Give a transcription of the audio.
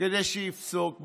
כדי שיפסוק,